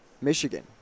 Michigan